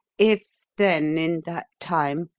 if then, in that time,